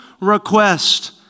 request